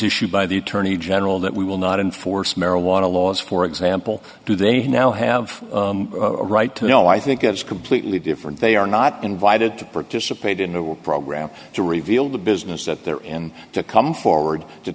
issued by the attorney general that we will not enforce marijuana laws for example do they now have a right to know i think it is completely different they are not invited to participate in the program to reveal the business that they're in to come forward to